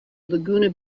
laguna